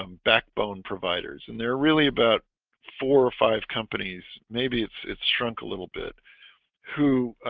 um backbone providers, and there are really about four or five companies. maybe it's it's shrunk a little bit who?